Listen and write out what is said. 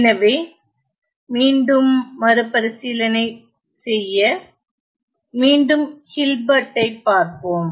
எனவே மீண்டும் மறுபரிசீலனை செய்ய மீண்டும் ஹில்பெர்ட்டைப் பார்ப்போம்